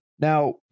Now